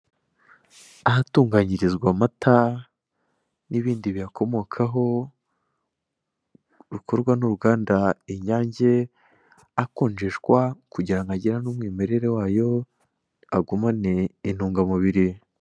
Ahatunganyirizwa amata n'ibindi biyakomokaho rukorwa n'uruganda Inyange akonjeshwa kugira ngo agirane umwimerere wayo agumane intungamubiri.